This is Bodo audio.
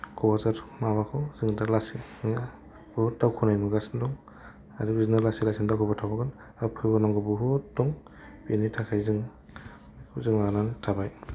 क'क्राझार माबाखौ जों दा लासै जोङो बुहुद दावखोनाय नुगासिनो दं आरो बिदिनो लासै लासै दावगाबाय थाबावगोन आरो फैबावनांगौ बुहुद दं बेनि थाखाय जों मिजिं लानानै थाबाय